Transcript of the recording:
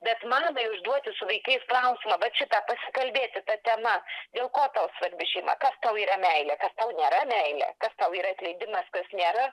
bet mamai užduoti su vaikai klausimą vat šitą pasikalbėti ta tema dėl ko tau svarbi šeima kas tau yra meilė kas tau nėra meilė kas tau yra atleidimas kas nėra